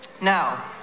Now